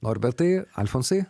norbertai alfonsai